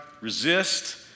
resist